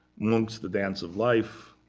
munch's, the dance of life,